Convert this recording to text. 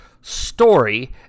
story